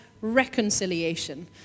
reconciliation